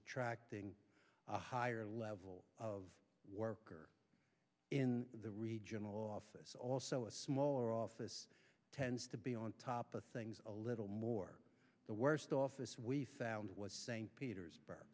attracting higher level of worker in the regional office also a smaller office tends to be on top of things a little more the worst office we found was st peter